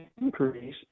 increase